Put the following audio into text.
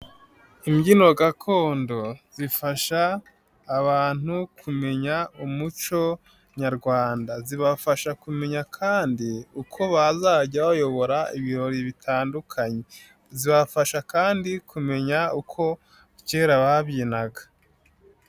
Imbyino gakondo zifasha abantu kumenya umuco nyarwanda. Zibafasha kumenya kandi uko bazajya bayobora ibirori bitandukanye. Zibafasha kandi kumenya uko kera babyinaga.